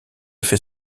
fait